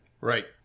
Right